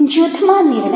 જૂથમાં નિર્ણય